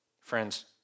Friends